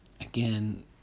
again